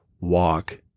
walk